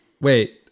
Wait